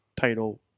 Title